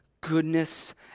goodness